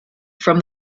from